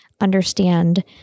understand